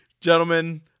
Gentlemen